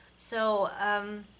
so um,